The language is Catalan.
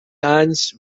anys